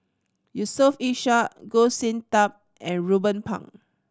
Yusof Ishak Goh Sin Tub and Ruben Pang